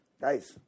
Guys